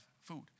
food